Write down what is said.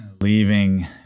leaving